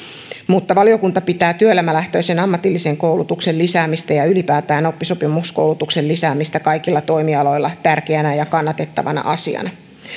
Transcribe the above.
mutta valiokunta pitää työelämälähtöisen ammatillisen koulutuksen lisäämistä ja ylipäätään oppisopimuskoulutuksen lisäämistä kaikilla toimialoilla tärkeänä ja kannatettavana asiana